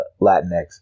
Latinx